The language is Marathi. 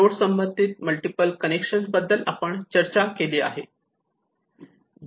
लोड संबंधित मल्टिपल कनेक्शन बद्दल आपण चर्चा केली आहे